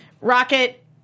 Rocket